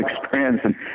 experience